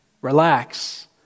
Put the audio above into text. Relax